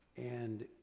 and